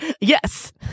yes